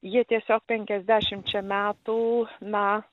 jie tiesiog penkiasdešimčia metų na